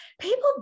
people